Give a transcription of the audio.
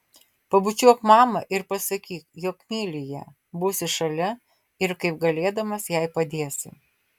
pabučiuok mamą ir pasakyk jog myli ją būsi šalia ir kaip galėdamas jai padėsi